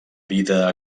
vida